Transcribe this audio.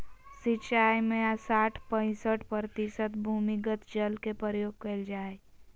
सिंचाई में साठ पईंसठ प्रतिशत भूमिगत जल के प्रयोग कइल जाय हइ